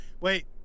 Wait